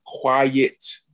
Quiet